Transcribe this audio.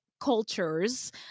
cultures